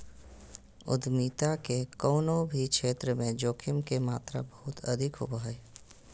उद्यमिता के कउनो भी क्षेत्र मे जोखिम के मात्रा बहुत अधिक होवो हय